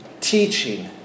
teaching